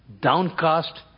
downcast